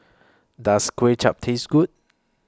Does Kway Chap Taste Good